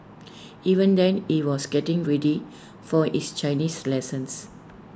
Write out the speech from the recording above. even then he was getting ready for his Chinese lessons